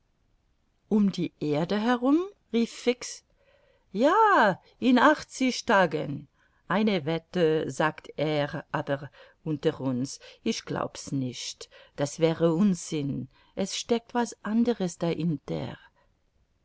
um die erde herum rief fix ja in achtzig tagen eine wette sagte er aber unter uns ich glaub's nicht das wäre unsinn es steckt was anderes dahinter ei der